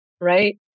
Right